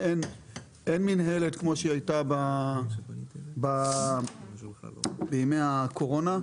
כיום מינהלת כמו שהייתה בימי הקורונה.